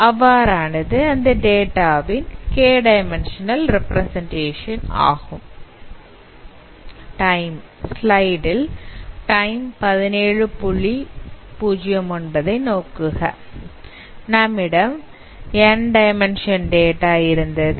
அவ்வாறானது அந்த டேட்டாவின் k dimensional representation ஆகும் நம்மிடம் N டைமென்ஷன் டேட்டா இருந்தது